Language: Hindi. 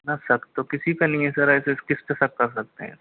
ना शक तो किसी पे नहीं है सर ऐसे किस पर शक कर सकते हैं